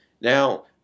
Now